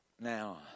now